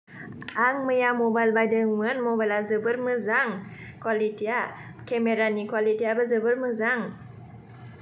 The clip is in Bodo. आं मैया मबाइल बायदोंमोन मबाइला जोबोर मोजां कुवालिटिआ केमेरानि कुवालिटिआबो जोबोर मोजां